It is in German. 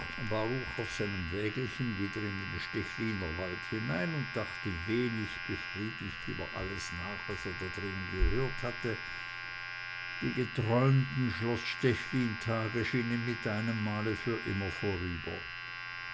auf seinem wägelchen wieder in den stechliner wald hinein und dachte wenig befriedigt über alles nach was er da drinnen gehört hatte die geträumten schloß stechlin tage schienen mit einem male für immer vorüber